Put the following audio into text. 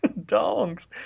dongs